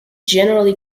generally